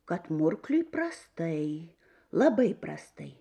kad murkliui prastai labai prastai